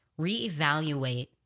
reevaluate